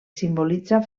simbolitza